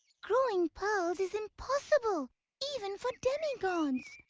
growing pearls is impossible even for demigods.